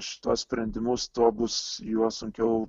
šituos sprendimus tuo bus juos sunkiau